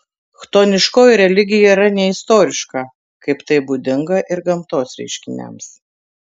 chtoniškoji religija yra neistoriška kaip tai būdinga ir gamtos reiškiniams